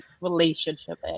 relationship